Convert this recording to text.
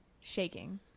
shaking